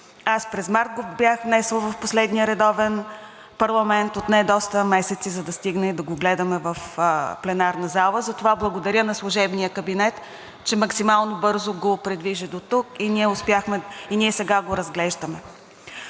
Аз през март го бях внесла в последния редовен парламент и отне доста месеци, за да стигне, и да го гледаме в пленарната зала. Затова благодаря на служебния кабинет, че максимално бързо го придвижи дотук и ние сега го разглеждаме.